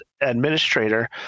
administrator